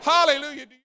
Hallelujah